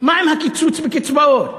מה עם הקיצוץ בקצבאות?